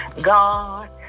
God